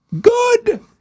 Good